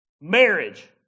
Marriage